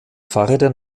fahrrädern